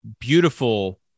beautiful